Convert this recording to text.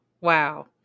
wow